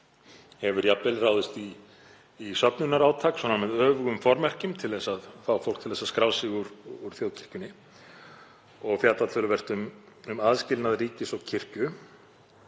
hefur jafnvel ráðist í söfnunarátak svona með öfugum formerkjum til að fá fólk til að skrá sig úr þjóðkirkjunni og fjallað töluvert um aðskilnað ríkis og kirkju